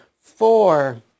Four